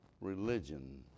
religion